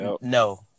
No